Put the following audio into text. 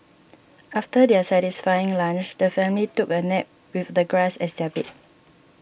after their satisfying lunch the family took a nap with the grass as their bed